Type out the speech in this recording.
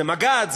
זה מג"ד,